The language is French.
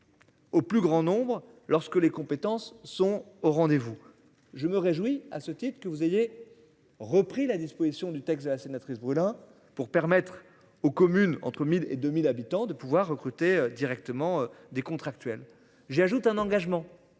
Au plus grand nombre. Lorsque les compétences sont au rendez-vous. Je me réjouis à ce type que vous aviez repris la disposition du texte de la sénatrice brûle hein pour permettre aux communes entre 1000 et 2000 habitants de pouvoir recruter directement des contractuels. J'ajoute un engagement,